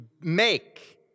make